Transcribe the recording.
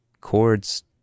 chords